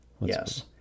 Yes